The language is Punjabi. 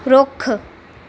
ਰੁੱਖ